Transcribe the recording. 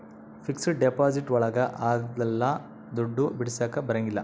fixed deposit ಒಳಗ ಅಗ್ಲಲ್ಲ ದುಡ್ಡು ಬಿಡಿಸಕ ಬರಂಗಿಲ್ಲ